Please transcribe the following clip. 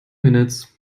minutes